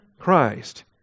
Christ